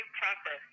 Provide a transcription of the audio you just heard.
proper